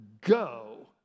go